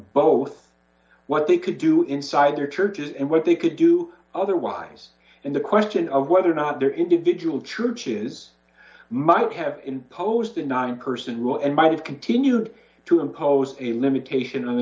both what they could do inside their churches and what they could do otherwise and the question of whether or not their individual to choose might have imposed a non person rule and might have continued to impose a limitation on the